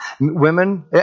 Women